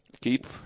Keep